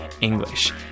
English